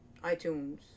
iTunes